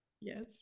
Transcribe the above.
Yes